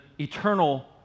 eternal